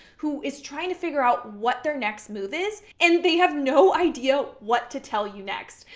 who is trying to figure out what their next move is, and they have no idea what to tell you next.